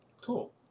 Cool